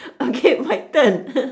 okay my turn